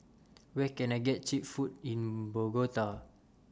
Where Can I get Cheap Food in Bogota